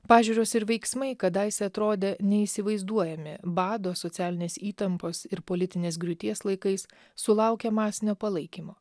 pažiūros ir veiksmai kadaise atrodę neįsivaizduojami bado socialinės įtampos ir politinės griūties laikais sulaukia masinio palaikymo